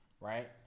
right